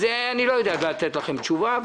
אני לא יודע לענות לכם תשובה.